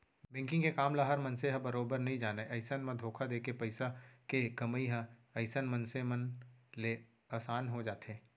banking के काम ल हर मनसे ह बरोबर नइ जानय अइसन म धोखा देके पइसा के कमई ह अइसन मनसे मन ले असान हो जाथे